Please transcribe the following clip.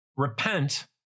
repent